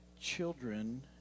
children